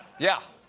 yeah,